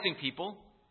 people